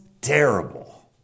terrible